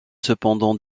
cependant